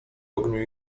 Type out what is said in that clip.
ogniu